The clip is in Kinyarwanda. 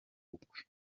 ukwe